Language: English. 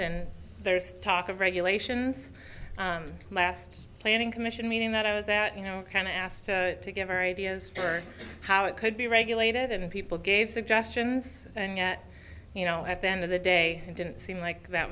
and there's talk of regulations last planning commission meeting that i was at you know kind of asked to give our ideas for how it could be regulated and people gave suggestions and you know at the end of the day it didn't seem like that